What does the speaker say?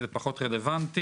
זה פחות רלוונטי.